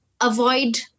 Avoid